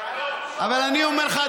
אבל אני אומר לך,